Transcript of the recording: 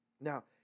Now